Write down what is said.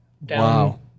Wow